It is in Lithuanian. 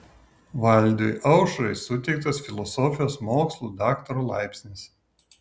valdui aušrai suteiktas filosofijos mokslų daktaro laipsnis